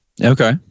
Okay